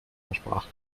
versprach